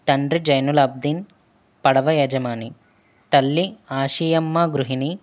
తండ్రి జైనులబ్దీన్ పడవ యజమాని తల్లి ఆషియమ్మ గృహిణి